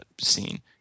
scene